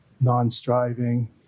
non-striving